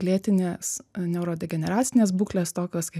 lėtinės neurodegeneracinės būklės tokios kaip